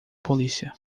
policia